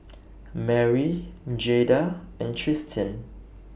Merrie Jaida and Tristin